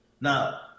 Now